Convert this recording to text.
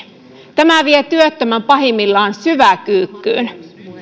tämä vie työttömän pahimmillaan syväkyykkyyn